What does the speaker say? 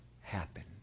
happen